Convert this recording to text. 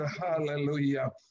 Hallelujah